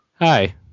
Hi